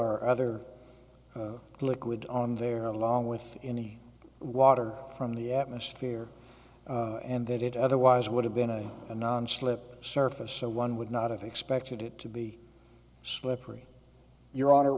or other liquid on their own along with any water from the atmosphere and that it otherwise would have been a non slip surface so one would not have expected it to be slippery your honor